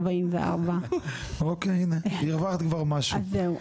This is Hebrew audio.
44. אוקיי הנה, הרווחת כבר משהו.